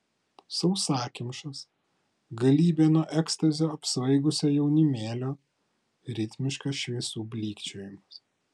sausakimšas galybė nuo ekstazio apsvaigusio jaunimėlio ritmiškas šviesų blykčiojimas